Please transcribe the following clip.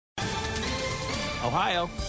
Ohio